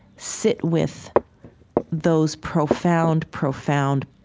sit with those profound, profound,